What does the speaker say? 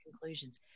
conclusions